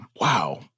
Wow